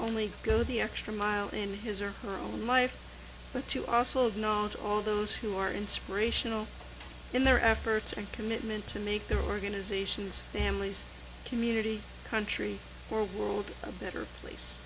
only go the extra mile in his or her own life but to also not all those who are inspirational in their efforts and commitment to make their organizations families community country or world a better place